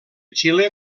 xile